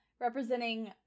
Representing